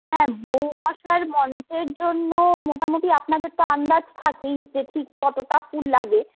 হ্যাঁ বউ বসার মঞ্চের জন্য মোটামুটি আপনাদের তো আন্দাজ থাকেই যে ঠিক কতটা ফুল লাগে